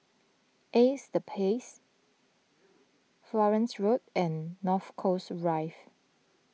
Ace the Pace Florence Road and North Coast Rive